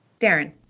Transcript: Darren